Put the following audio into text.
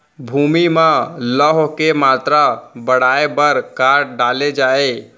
भूमि मा लौह के मात्रा बढ़ाये बर का डाले जाये?